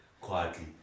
quietly